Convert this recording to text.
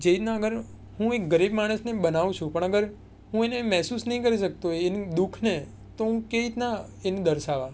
જેવી રીતના અગર હું એક ગરીબ માણસને બનાવું છું પણ અગર હું એને મહેસૂસ નથી કરી શકતો એનાં દુ ખને તો હું કેવી રીતના એને દર્શાવવા